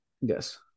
Yes